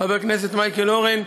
חבר הכנסת מייקל אורן,